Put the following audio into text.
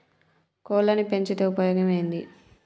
కోళ్లని పెంచితే ఉపయోగం ఏంది?